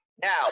Now